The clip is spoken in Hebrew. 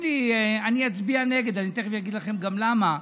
אני אצביע נגד ואני תכף אגיד לכם גם למה.